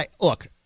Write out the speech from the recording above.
Look